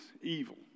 evil